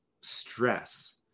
stress